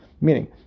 Meaning